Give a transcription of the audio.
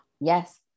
Yes